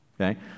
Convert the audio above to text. okay